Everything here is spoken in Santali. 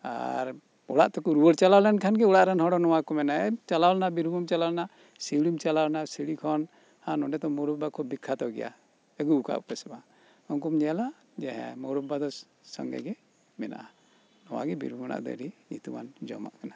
ᱟᱨ ᱚᱲᱟᱜ ᱛᱮᱠᱩ ᱨᱩᱣᱟᱹᱲ ᱪᱟᱞᱟᱣ ᱞᱮᱱᱠᱷᱟᱡ ᱜᱤ ᱚᱲᱟᱜ ᱨᱮᱱ ᱦᱚᱲ ᱱᱚᱣᱟ ᱠᱩ ᱢᱮᱱᱟ ᱦᱮᱢ ᱪᱟᱞᱟᱣ ᱞᱮᱱᱟ ᱵᱤᱨᱵᱷᱩᱢᱮᱢ ᱪᱟᱞᱟᱣ ᱞᱮᱱᱟ ᱥᱤᱣᱲᱤᱢ ᱪᱟᱞᱟᱣᱮᱱᱟ ᱥᱤᱣᱲᱤᱠᱷᱚᱱ ᱟᱨ ᱱᱚᱰᱮᱫᱚ ᱢᱚᱣᱨᱚᱵᱵᱟ ᱠᱷᱩᱵ ᱵᱤᱠᱷᱟᱛᱚ ᱜᱮᱭᱟ ᱟᱹᱜᱩᱣ ᱟᱠᱟᱫ ᱟᱯᱮᱥᱮ ᱵᱟᱝ ᱩᱱᱠᱩᱢ ᱧᱮᱞᱟ ᱡᱮ ᱦᱮᱸ ᱢᱚᱣᱨᱚᱵᱵᱟ ᱫᱚ ᱥᱚᱸᱜᱮᱜᱮ ᱢᱮᱱᱟᱜᱼᱟ ᱱᱚᱣᱟᱜᱤ ᱵᱤᱨᱵᱷᱩᱢ ᱨᱮᱱᱟᱜ ᱫᱚ ᱟᱹᱰᱤ ᱧᱩᱛᱩᱢᱟᱱ ᱡᱚᱢᱟᱜ ᱠᱟᱱᱟ